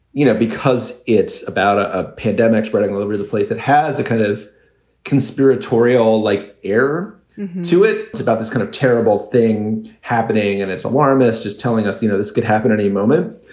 you know, because it's about ah a pandemic spreading over the place, it has a kind of conspiratorial like air to it. it's about this kind of terrible thing happening. and it's alarmist is telling us, you know, this could happen any moment.